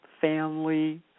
family